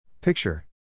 Picture